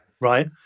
right